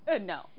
No